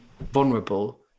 vulnerable